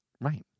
Right